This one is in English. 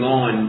on